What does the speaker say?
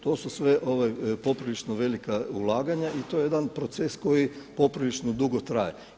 To su sve poprilično velika ulaganja i to je jedan proces koji poprilično dugo traje.